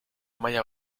maila